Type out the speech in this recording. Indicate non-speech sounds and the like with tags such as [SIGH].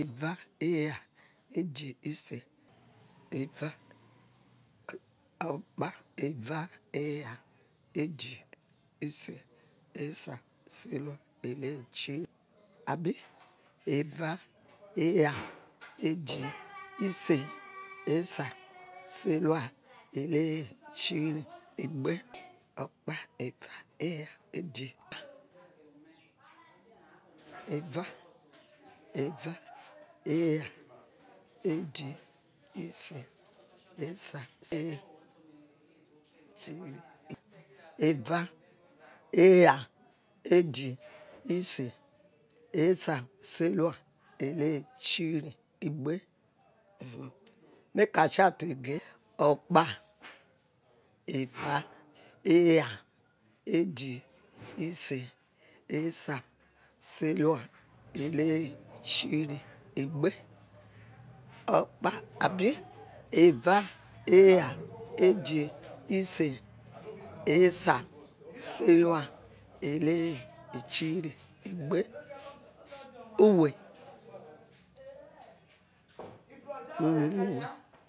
Eva, era, edge, ise, [NOISE] eva, okpa, eva, era, edge, [NOISE] ise, esa, serva, [NOISE] ere, chiri abi, [NOISE] eva, era, [NOISE] edge, [NOISE] ise, ese, [NOISE] serva, ere, [NOISE] chiri, igbe, [NOISE] okpa, eva, [NOISE] ere, [NOISE] edge he ha, [NOISE] eva, era, [NOISE] ise, [NOISE] esa, swh, chire, [NOISE] igbe, eva, [NOISE] era, edge, [NOISE] ise, [NOISE] esa, serva, [NOISE] ere, chiri, [NOISE] igbe, he make i shout u egain, okpa, eva, [NOISE] era, edge, ise, [NOISE] esa, serva, [NOISE] ere, chiry, igbe, [NOISE] okpa abi, eva, era, [NOISE] edge, ise, [NOISE] esa, [NOISE] serva, [NOISE] ere, [NOISE] ichiri, igbe, [NOISE] uwe, [NOISE] era [NOISE]